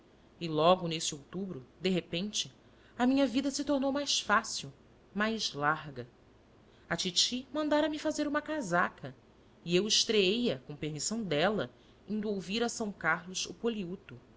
e logo nesse outubro de repente a minha vida se tomou mais fácil mais larga a titi mandara me fazer uma casaca e eu estreei a com permissão dela indo ouvir a são carlos o poliuto